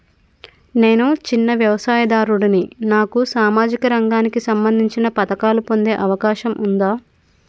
నేను చిన్న వ్యవసాయదారుడిని నాకు సామాజిక రంగానికి సంబంధించిన పథకాలు పొందే అవకాశం ఉందా?